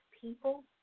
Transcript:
people